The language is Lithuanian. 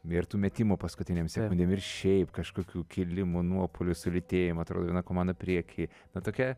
ir tų metimų paskutiniame ir šiaip kažkokių kilimų nuopuolių sulėtėjimo atrodo viena komanda prieky na tokia